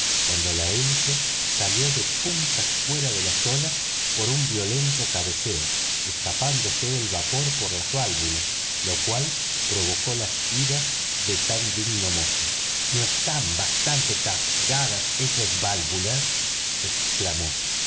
cuando la hélice salió de punta fuera de las olas por un violento cabeceo escapándose el vapor por las válvulas lo cual provocó las iras de tan digno mozo no están bastante cargadas esas vávulas exclamó